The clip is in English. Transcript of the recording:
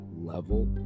level